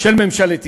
של ממשלת ישראל.